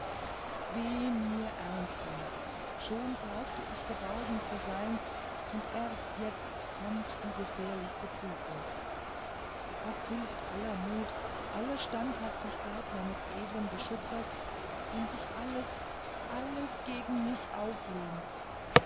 mir ärmsten schon glaubte ich geborgen zu sein und erst jetzt kommt die gefährlichste prüfung was hilft aller mut alle standhaftigkeit meines edlen beschützers wenn sich alles alles gegen mich auflehnt